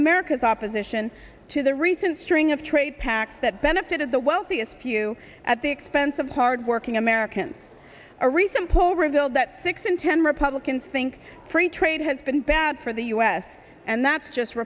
america's opposition to the recent string of trade pacts that benefited the wealthiest few at the expense of hard working americans a recent poll revealed that six in ten republicans think free trade has been bad for the u s and that's just